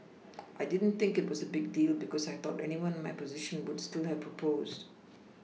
I didn't think it was a big deal because I thought anyone in my position would still have proposed